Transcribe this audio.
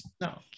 No